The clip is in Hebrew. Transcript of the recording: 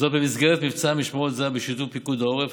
במסגרת מבצע משמרות זהב ובשיתוף פיקוד העורף,